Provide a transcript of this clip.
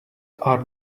are